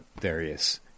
various